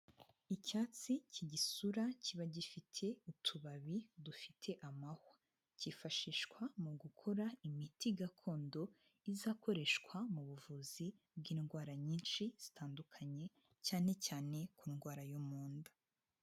Icyatsi k'igisura kiba gifite utubabi dufite amahwa, cyifashishwa mu gukora imiti gakondo izakoreshwa mu buvuzi bw'indwara nyinshi zitandukanye cyane cyane ku ndwara yo mu nda.